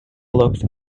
looked